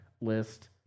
list